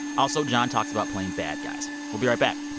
also john talks about playing bad guys we'll be right back